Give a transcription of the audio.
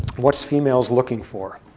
what's females looking for?